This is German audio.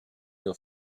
nur